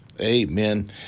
Amen